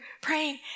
praying